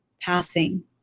passing